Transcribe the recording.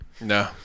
No